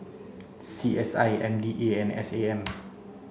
C S I M D A and S A M